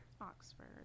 oxford